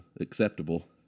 acceptable